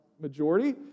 majority